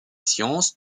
sciences